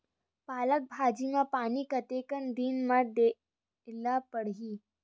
पालक भाजी म पानी कतेक दिन म देला पढ़ही?